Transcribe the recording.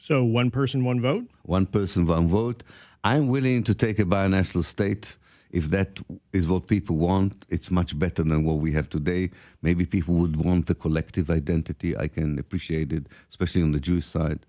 so one person one vote one person one vote i'm willing to take it by a national state if that is what people want it's much better than what we have today maybe people would want the collective identity i can appreciate it especially on the juice side